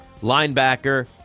linebacker